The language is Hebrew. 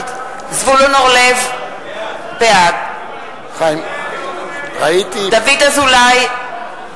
בעד זבולון אורלב, בעד דוד אזולאי,